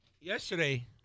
yesterday